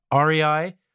REI